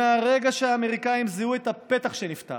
מהרגע שהאמריקאים זיהו את הפתח שנפתח,